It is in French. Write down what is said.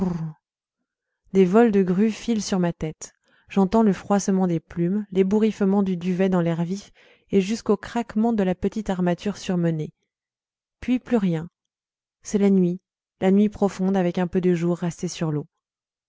des vols de grues filent sur ma tête j'entends le froissement des plumes l'ébouriffement du duvet dans l'air vif et jusqu'au craquement de la petite armature surmenée puis plus rien c'est la nuit la nuit profonde avec un peu de jour resté sur l'eau